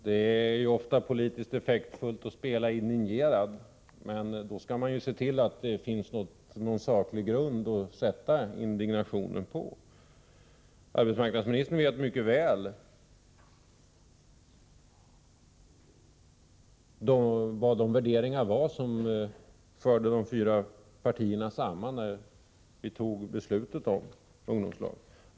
Fru talman! Det är ofta politiskt effektfullt att spela indignerad, men då skall man se till att det finns någon saklig grund för indignationen. Arbetsmarknadsministern vet mycket väl vilka de värderingar var som förde de fyra partierna samman när vi tog beslutet om ungdomslag.